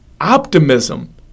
optimism